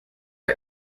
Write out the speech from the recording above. are